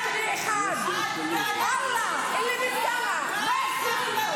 כדי להפחיד אותי.